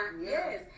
Yes